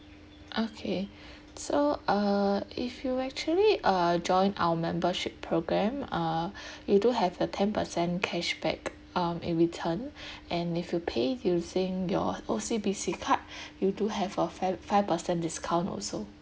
okay so uh if you actually uh join our membership program uh you do have a ten percent cashback um in return and if you pay using your O_C_B_C card you do have a five five percent discount also